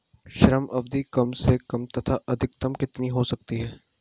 ऋण अवधि कम से कम तथा अधिकतम कितनी हो सकती है?